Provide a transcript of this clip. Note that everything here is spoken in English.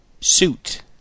suit